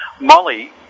molly